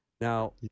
Now